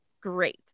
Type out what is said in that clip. great